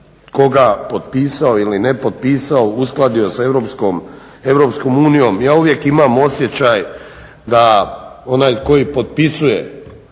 koga potpisao ili ne potpisao uskladio s EU. Ja uvijek imam osjećaj da onaj koji potpisuje